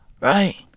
Right